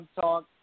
talk